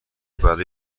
برای